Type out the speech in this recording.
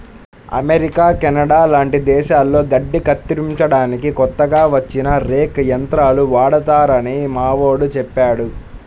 America, Canada లాంటి దేశాల్లో గడ్డి కత్తిరించడానికి కొత్తగా వచ్చిన రేక్ యంత్రాలు వాడతారని మావోడు చెప్పాడు